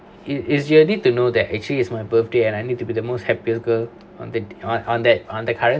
it is you need to know that actually is my birthday and I need to be the most happiest girl on that on on that on that current